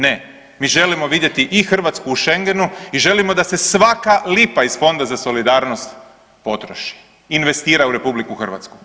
Ne, mi želimo vidjeti i Hrvatsku u šengenu i želimo da se svaka lipa iz Fonda za solidarnost potroši i investira u RH.